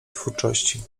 twórczości